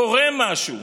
קורה משהו,